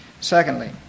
Secondly